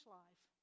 life